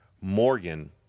Morgan